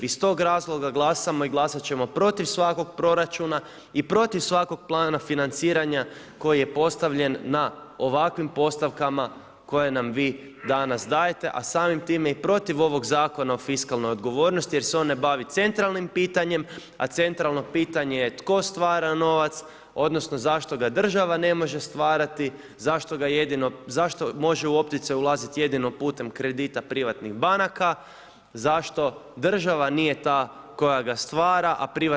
Iz tog razloga glasamo i glasat ćemo protiv svakog proračuna i protiv svakog plana financiranja koji je postavljen na ovakvim postavkama koje nam vi danas dajete a samim time i protiv ovog Zakona o fiskalnoj odgovornosti jer se on ne bavi centralnim pitanjem a centralno pitanje je tko stvara novac odnosno zašto ga država ne može stvarati, zašto može u opticaj ulaziti jedino putem kredita privatnih banaka, zašto država nije ta koja ga stvara a privatne banke potom raspodjeljuju?